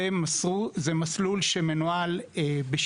זה מסלול מקביל למשרד החקלאות?